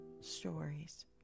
stories